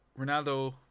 Ronaldo